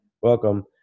Welcome